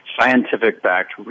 scientific-backed